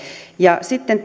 ja sitten